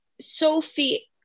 Sophie